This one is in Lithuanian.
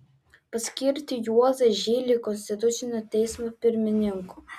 paskirti juozą žilį konstitucinio teismo pirmininku